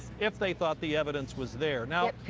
if they thought the evidence was there now.